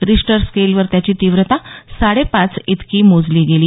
Richter स्केलवर त्याची तीव्रता साडेपाच इतकी मोजली गेली